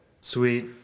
sweet